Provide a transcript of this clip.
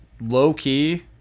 low-key